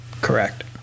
Correct